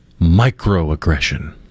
Microaggression